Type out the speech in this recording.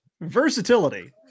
versatility